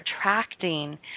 attracting